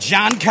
John